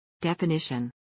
Definition